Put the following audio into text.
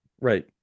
right